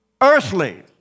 earthly